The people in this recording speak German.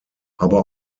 aber